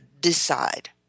decide